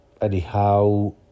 anyhow